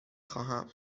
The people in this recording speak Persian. خواهم